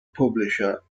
publisher